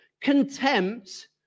contempt